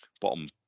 bottom